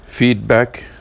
Feedback